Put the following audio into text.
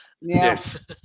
Yes